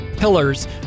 pillars